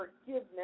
Forgiveness